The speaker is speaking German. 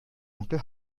onkel